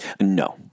No